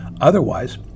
Otherwise